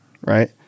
right